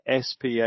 SPA